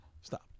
Stop